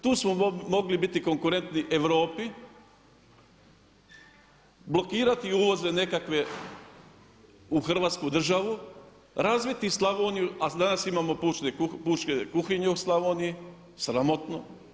Tu smo mogli biti konkurentni Europi, blokirati uvoze nekakve u Hrvatsku državu, razviti Slavoniju, a danas imamo pučke kuhinje u Slavoniji, sramotno.